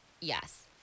Yes